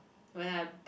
when I